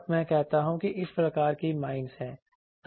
तब मैं कहता हूं कि इस प्रकार की माइंज हैं